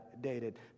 dated